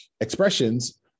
expressions